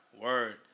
Word